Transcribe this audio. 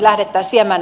arvoisa puhemies